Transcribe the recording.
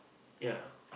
ya